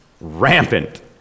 rampant